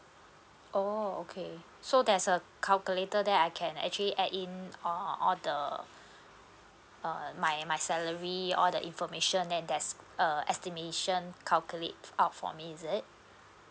oh okay so there's a calculator that I can actually add in uh all the uh my my salary all the information then there's uh estimation calculate out for me is it